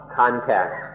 contact